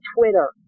Twitter